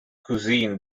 cuisine